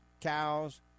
cows